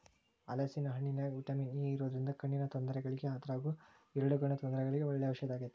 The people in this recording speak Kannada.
ಹಲೇಸಿನ ಹಣ್ಣಿನ್ಯಾಗ ವಿಟಮಿನ್ ಎ ಇರೋದ್ರಿಂದ ಕಣ್ಣಿನ ತೊಂದರೆಗಳಿಗೆ ಅದ್ರಗೂ ಇರುಳುಗಣ್ಣು ತೊಂದರೆಗಳಿಗೆ ಒಳ್ಳೆ ಔಷದಾಗೇತಿ